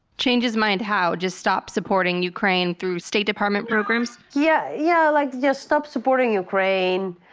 change his mind how? just stop supporting ukraine through state department programs? yeah, yeah, like just stop supporting ukraine,